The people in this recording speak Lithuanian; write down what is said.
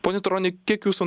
pone turoni kiek jūsų